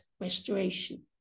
restoration